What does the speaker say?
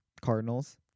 Cardinals